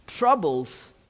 Troubles